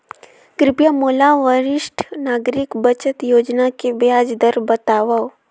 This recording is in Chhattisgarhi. कृपया मोला वरिष्ठ नागरिक बचत योजना के ब्याज दर बतावव